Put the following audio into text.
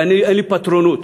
ואין לי פטרונות.